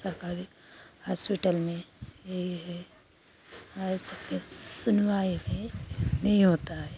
सरकारी हास्पिटल में यही है हमारी सबके सुनवाई भी नहीं होती है